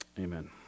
Amen